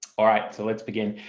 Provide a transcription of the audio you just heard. alright so let's begin.